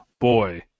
boy